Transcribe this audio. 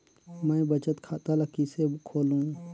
मैं बचत खाता ल किसे खोलूं?